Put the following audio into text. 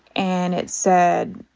and it said,